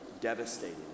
devastated